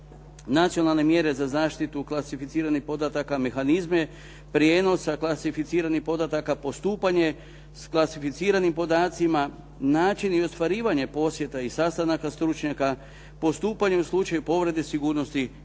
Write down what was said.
nacionalne mjere za zaštitu klasificiranih podataka, mehanizme prijenosa klasificiranih podataka, postupanje s klasificiranim podacima, način i ostvarivanje posjeta i sastanaka stručnjaka, postupanje u slučaju povrede sigurnosti